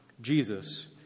Jesus